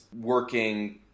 working